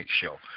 show